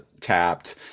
tapped